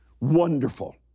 wonderful